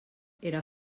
era